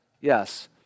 yes